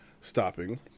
stopping